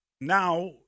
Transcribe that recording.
now